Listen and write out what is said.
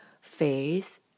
face